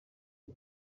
ati